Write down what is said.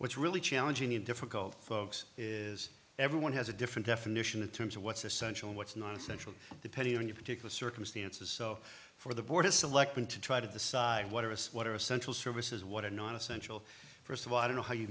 which really challenging in difficult folks is everyone has a different definition in terms of what's essential what's not essential depending on your particular circumstances so for the board of selectmen to try to decide what are a sweater essential services what are non essential first of all i don't know how you